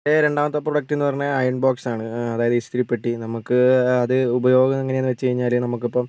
എൻ്റെ രണ്ടാമത്തെ പ്രോഡക്റ്റ് എന്ന് പറഞ്ഞാൽ അയൺ ബോക്സാണ് അതായത് ഇസ്തിരിപ്പെട്ടി നമുക്ക് അത് ഉപയോഗം എങ്ങനെയാന്ന് വെച്ച് കഴിഞ്ഞാൽ നമുക്കിപ്പം